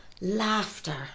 Laughter